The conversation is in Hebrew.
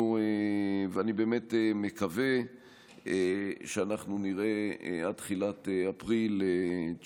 ואני באמת מקווה שעד תחילת אפריל אנחנו